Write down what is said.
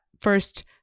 first